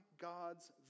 God's